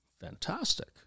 fantastic